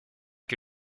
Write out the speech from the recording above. que